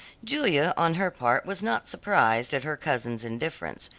julia on her part was not surprised at her cousin's indifference,